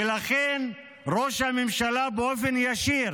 ולכן, ראש הממשלה אחראי באופן ישיר